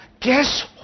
guess